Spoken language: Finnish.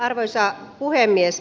arvoisa puhemies